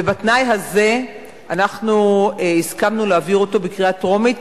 ובתנאי הזה הסכמנו להעביר אותו בקריאה טרומית,